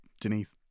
Denise